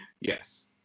Yes